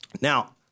Now